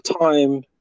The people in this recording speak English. time